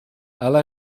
alla